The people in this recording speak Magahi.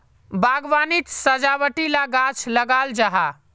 बाग्वानित सजावटी ला गाछ लगाल जाहा